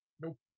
Nope